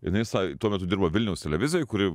jinai sa tuo metu dirbo vilniaus televizijoje kuri